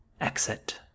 Exit